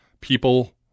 people